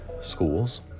schools